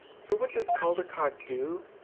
so what does caldicott do?